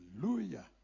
Hallelujah